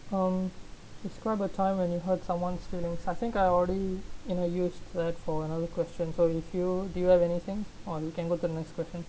um describe a time when you hurt someone's feelings I think I already introduced that for another question so if you do you have anything or you can go to the next question